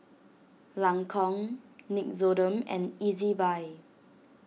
Lancome Nixoderm and Ezbuy